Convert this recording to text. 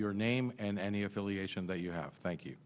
your name and any affiliation that you have thank you